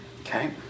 Okay